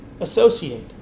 associate